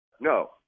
No